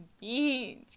beach